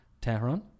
tehran